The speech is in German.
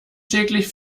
täglich